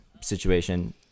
situation